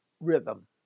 rhythm